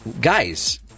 guys